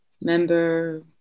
Member